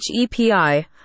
HEPI